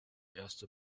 erste